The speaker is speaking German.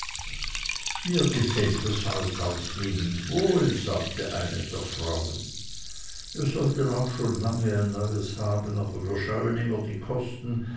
mir gefällt das haus ganz ausnehmend wohl sagte eine der frauen wir sollten auch schon lange ein neues haben aber wir scheuen immer die kosten